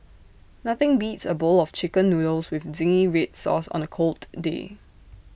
nothing beats A bowl of Chicken Noodles with Zingy Red Sauce on A cold day